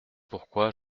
pourquoi